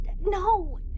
No